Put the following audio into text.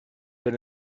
been